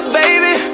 baby